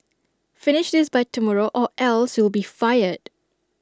finish this by tomorrow or else you'll be fired